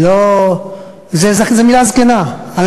זו מילה זקנה, נכון.